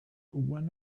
when